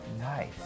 Nice